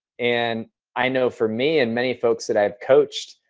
and i know for me and many folks that i've coached,